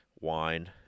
wine